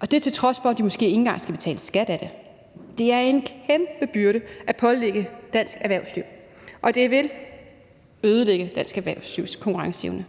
og det til trods for, at de måske ikke engang skal betale skat af det. Det er en kæmpe byrde at pålægge dansk erhvervsliv, og det vil ødelægge dansk erhvervslivs konkurrenceevne.